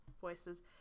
voices